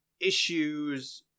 issues